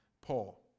Paul